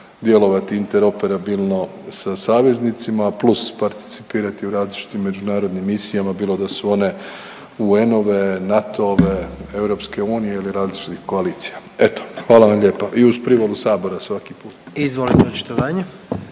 djelovati interoperabilno sa saveznicima plus participirati u različitim međunarodnim misijama bilo da su one UN-ove, NATO-ove, EU ili različitih koalicija. Eto, hvala vam lijepa i uz privolu sabora svaki put. **Jandroković,